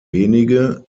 wenige